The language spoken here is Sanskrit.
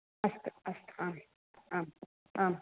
अस्तु अस्तु आम् आम् आम्